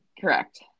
Correct